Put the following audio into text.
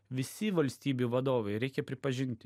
visi valstybių vadovai reikia pripažint